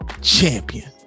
champion